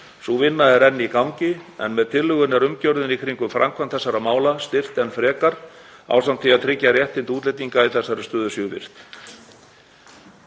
Sú vinna er enn í gangi en með tillögunni er umgjörðin í kringum framkvæmd þessara mála styrkt enn frekar ásamt því að tryggja að réttindi útlendinga í þessari stöðu séu virt.